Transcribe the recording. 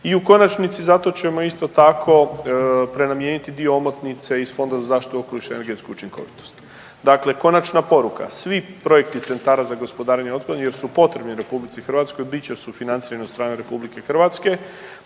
i u konačnici zato ćemo isto tako prenamijeniti dio omotnice iz Fonda za zaštitu okoliša i energetsku učinkovitost. Dakle, konačna poruka svi projekti centara za gospodarenje otpadom jer su potrebni RH bit će sufinancirani od strane RH. Da